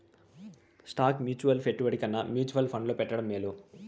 stock mutual పెట్టుబడి కన్నా mutual ఫండ్లో పెట్టడం మేలు